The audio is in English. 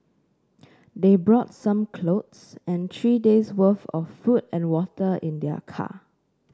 they brought some clothes and three days' worth of food and water in their car